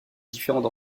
différents